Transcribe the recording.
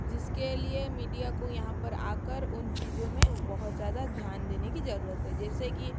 जिस के लिए मीडिया को यहाँ पर आ कर उन चीज़ों में बहुत ज़्यादा ध्यान देने की ज़रूरत है जेसे कि